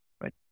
right